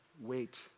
wait